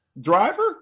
driver